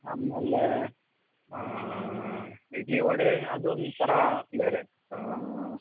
ಆಮೇಲೆ ಇಡ್ಲಿ ವಡೆ ಅದೊಂದು ಥರ ಬೇರೆ